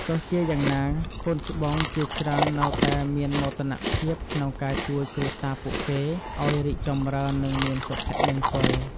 ទោះជាយ៉ាងណា កូនច្បងជាច្រើននៅតែមានមោទនភាពក្នុងការជួយគ្រួសារពួកគេ ឱ្យរីកចម្រើន និងមានសុភមង្គល។